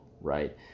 Right